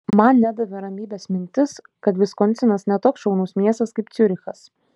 man nedavė ramybės mintis kad viskonsinas ne toks šaunus miestas kaip ciurichas